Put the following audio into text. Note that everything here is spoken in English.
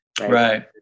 right